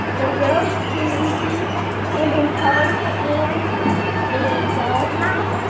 they're really sneaky and intelligent. and they go hi-ya